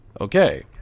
Okay